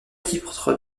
titre